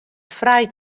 frij